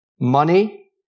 money